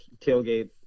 tailgate